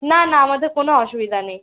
না না আমাদের কোনো অসুবিধা নেই